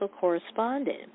correspondent